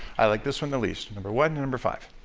i like this one the least, number one and number five.